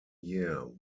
year